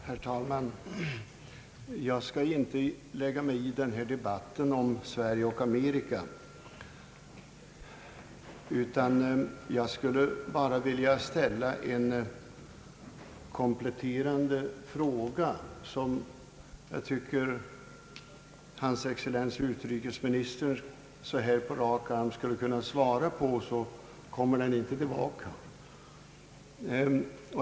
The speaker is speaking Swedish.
Herr talman! Jag skall inte lägga mig i debatten om förhållandet mellan Sverige och Amerika utan vill bara ställa en kompletterande fråga, som hans excellens utrikesministern på rak arm bör kunna svara på; den behöver då inte komma igen.